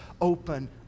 open